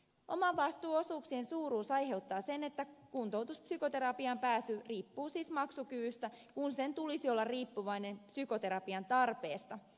omavastuuosuuksien suuruus aiheuttaa sen että kuntoutuspsykoterapiaan pääsy riippuu siis maksukyvystä kun sen tulisi olla riippuvainen psykoterapian tarpeesta